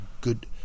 good